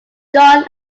john